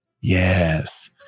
Yes